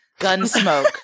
Gunsmoke